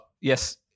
yes